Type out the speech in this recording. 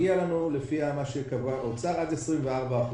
מגיע לנו, לפי מה שקבע האוצר, עד 24%